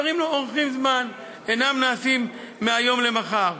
דברים לוקחים זמן, אינם נעשים מהיום למחר.